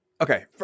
Okay